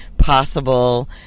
possible